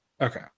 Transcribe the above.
Okay